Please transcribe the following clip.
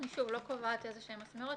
שוב, אני לא קובעת איזשהן מסמרות.